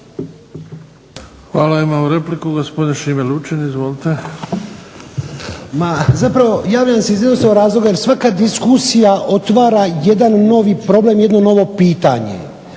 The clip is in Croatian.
Hvala. Imamo repliku, gospodin Šime Lučin. Izvolite.